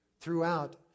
throughout